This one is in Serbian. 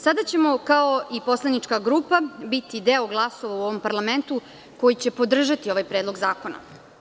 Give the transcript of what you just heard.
Sada ćemo kao i poslanička grupa biti deo glasova u ovom parlamentu koji podržati ovaj predlog zakona.